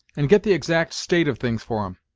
and get the exact state of things for em.